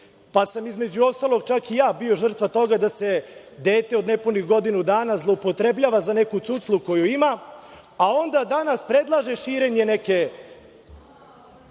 pa sam između ostalog čak i ja bio žrtva toga da se dete od nepunih godinu dana zloupotrebljava za neku cuclu koju ima, a onda danas predlaže širenje neke